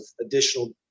additional